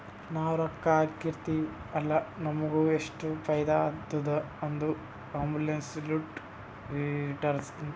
ನಾವ್ ರೊಕ್ಕಾ ಹಾಕಿರ್ತಿವ್ ಅಲ್ಲ ನಮುಗ್ ಎಷ್ಟ ಫೈದಾ ಆತ್ತುದ ಅದು ಅಬ್ಸೊಲುಟ್ ರಿಟರ್ನ್